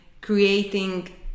creating